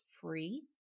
free